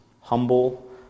humble